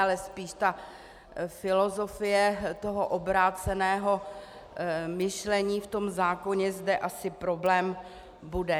Ale spíš ta filozofie obráceného myšlení v tom zákoně zde asi problém bude.